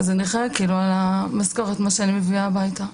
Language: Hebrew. אז אני חיה על המשכורת שאני מביאה הביתה,